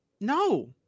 No